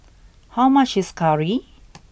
how much is curry